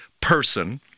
person